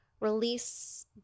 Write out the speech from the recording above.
release